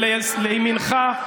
ולימינך,